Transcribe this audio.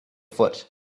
foot